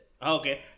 okay